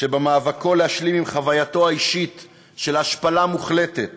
שבמאבקו להשלים עם חווייתו האישית של השפלה מוחלטת